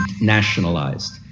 nationalized